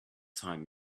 time